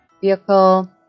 vehicle